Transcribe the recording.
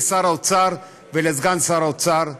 לשר האוצר ולסגן שר האוצר,